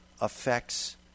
affects